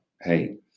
hey